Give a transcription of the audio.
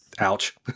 Ouch